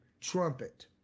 trumpet